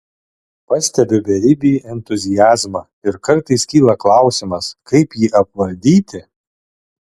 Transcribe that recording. pastebiu beribį entuziazmą ir kartais kyla klausimas kaip jį apvaldyti